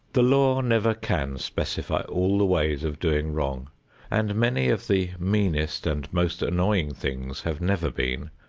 the law never can specify all the ways of doing wrong and many of the meanest and most annoying things have never been,